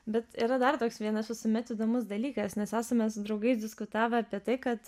bet yra dar toks vienas visuomet įdomus dalykas nes esame su draugais diskutavę apie tai kad